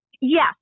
Yes